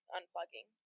unplugging